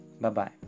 Bye-bye